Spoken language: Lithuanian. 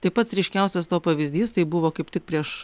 tai pats ryškiausias to pavyzdys tai buvo kaip tik prieš